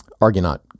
Argonaut